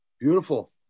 Beautiful